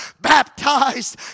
baptized